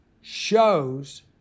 shows